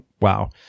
wow